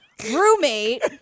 roommate